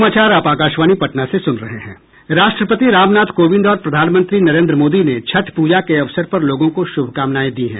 राष्ट्रपति रामनाथ कोविंद और प्रधानमंत्री नरेन्द्र मोदी ने छठ पूजा के अवसर पर लोगों को शुभकामनाएं दी है